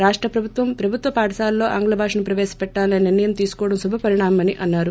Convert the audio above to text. రాష్ట్ ప్రభుత్వం ప్రభుత్వ పాఠశాలల్లో ఆంగ్ల భాషను ప్రవేశ పెట్లాలనే నిర్ణయం తీసుకోవడం శుభ పరిణామమని అన్నారు